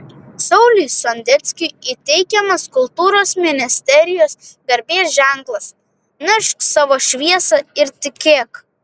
sauliui sondeckiui įteikiamas kultūros ministerijos garbės ženklas nešk savo šviesą ir tikėk